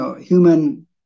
human